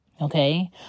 Okay